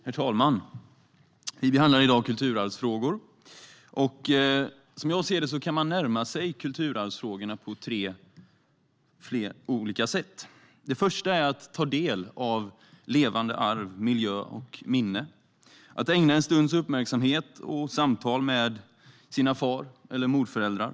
Herr talman! Vi behandlar i dag kulturarvsfrågor. Som jag ser det kan man närma sig kulturarvsfrågorna på flera sätt. Det första är att ta del av levande arv, miljö och minnen. Man kan ägna en stunds uppmärksamhet åt samtal med sina far eller morföräldrar.